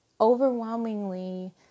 overwhelmingly